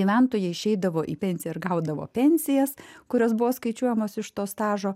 gyventojai išeidavo į pensiją ir gaudavo pensijas kurios buvo skaičiuojamos iš to stažo